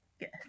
yes